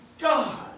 God